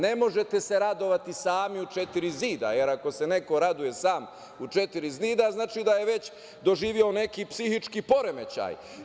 Ne možete se radovati sami u četiri zida, jer ako se neko raduje sam u četiri zida, znači da je već doživeo neki psihički poremećaj.